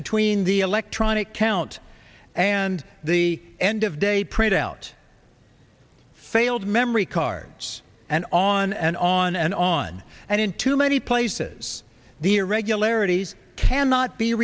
between the electronic count and the end of day printout failed memory cards and on and on and on and in too many places the irregularities cannot be